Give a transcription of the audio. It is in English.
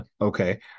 Okay